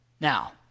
Now